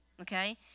Okay